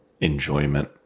enjoyment